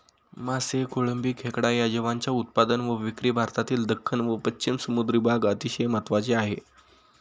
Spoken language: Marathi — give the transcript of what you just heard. मासे, कोळंबी, खेकडा या जीवांच्या उत्पादन व विक्री भारतातील दख्खन व पश्चिम समुद्री भाग अतिशय महत्त्वाचे आहे